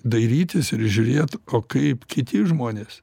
dairytis ir žiūrėt o kaip kiti žmonės